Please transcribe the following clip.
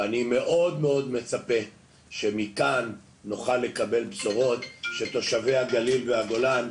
ואני מצפה מאוד שמכאן נוכל לקבל בשורות שתושבי הגליל והגולן,